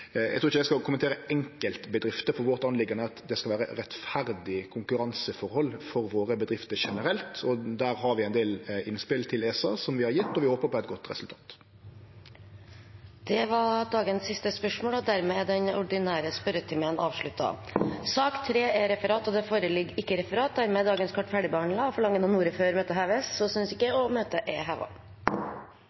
skal kommentere enkeltbedrifter, for det som er viktig for oss, er at det skal vere rettferdige konkurranseforhold for våre bedrifter generelt, og der har vi ein del innspel til ESA, som vi har gjeve, og vi håpar på eit godt resultat. Dette spørsmålet er trukket tilbake. Dermed er sak nr. 2, den ordinære spørretimen, avsluttet. Det foreligger ikke noe referat. Dagens kart er dermed ferdigbehandlet. Forlanger noen ordet før møtet heves? – Så synes ikke, og møtet er